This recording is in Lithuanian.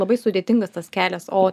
labai sudėtingas tas kelias o